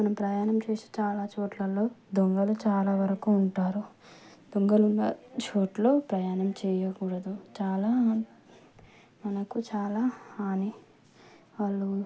మనం ప్రయాణం చేసే చాలా చోట్లల్లో దొంగలు చాలా వరకు ఉంటారు దొంగలున్న చోట్లో ప్రయాణం చెయ్యకూడదు చాలా మనకి చాలా హాని వాళ్ళు